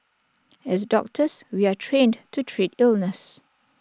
as doctors we are trained to treat illness